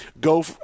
go